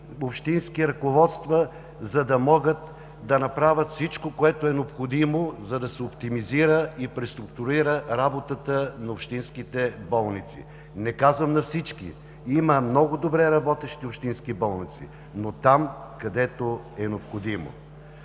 общински ръководства, за да могат да направят всичко, което е необходимо, за да се оптимизира и преструктурира работата на общинските болници. Не казвам – на всички. Има много добре работещи общински болници, но там, където е необходимо.